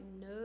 no